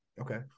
Okay